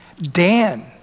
Dan